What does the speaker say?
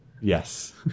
Yes